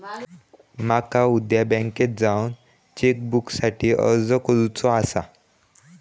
माका उद्या बँकेत जाऊन चेक बुकसाठी अर्ज करुचो आसा